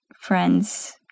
friends